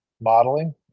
modeling